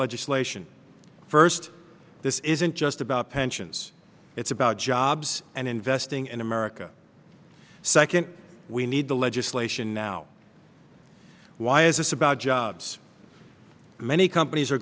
legislation first this isn't just about pensions it's about jobs and investing in america second we need the legislation now why is this about jobs many companies are